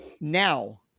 Now